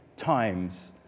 Times